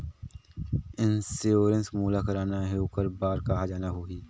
Insurance मोला कराना हे ओकर बार कहा जाना होही?